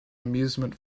amusement